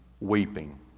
weeping